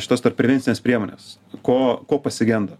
šitos tarp prevencinės priemonės ko ko pasigenda